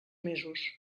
mesos